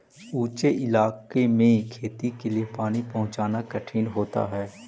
ऊँचे इलाके में खेती के लिए पानी पहुँचाना कठिन होता है